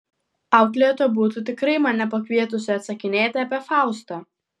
auklėtoja būtų tikrai mane pakvietusi atsakinėti apie faustą